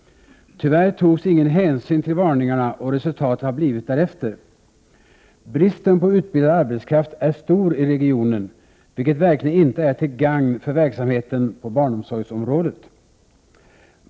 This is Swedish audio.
Tyvärr togs ingen hänsyn till varningarna, och resultatet har blivit därefter. Bristen på utbildad arbetskraft är stor i regionen, vilket verkligen inte är till gagn för verksamheten på barnomsorgsområdet.